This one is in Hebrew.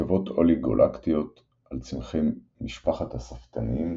הנקבות אוליגולקטיות על צמחי משפחת השפתניים,